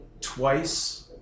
twice